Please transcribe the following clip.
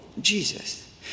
Jesus